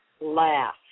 laugh